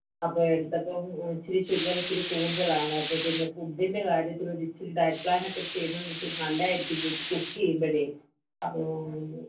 അപ്പോൾ എടുത്തപ്പം ഇച്ചിരി ഷുഗർ ഇച്ചിരി കൂടുതലാണ് അപ്പോൾ പിന്നെ ഫുഡിൻ്റെ കാര്യത്തിലൊരിച്ചിരി ഡയറ്റ് പ്ലാനൊക്കെ ചെയ്യുന്നത് എന്ന് വെച്ചാൽ നല്ലതായിരിക്കും ചേച്ചി കുക്ക് ചെയ്യുമ്പോൾ അപ്പോൾ